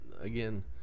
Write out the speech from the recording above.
again